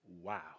wow